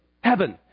heaven